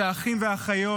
את האחים והאחיות,